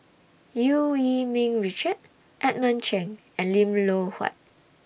EU Yee Ming Richard Edmund Cheng and Lim Loh Huat